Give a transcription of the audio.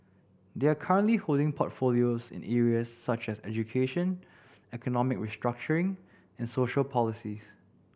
they are currently holding portfolios in areas such as education economic restructuring and social policies